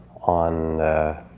on